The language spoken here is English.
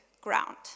ground